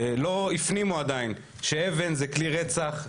לא הפנימו עדיין שאבן זה כלי רצח,